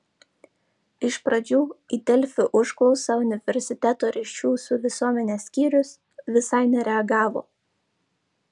iš pradžių į delfi užklausą universiteto ryšių su visuomene skyrius visai nereagavo